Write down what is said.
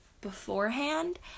beforehand